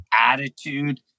attitude